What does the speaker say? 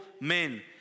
men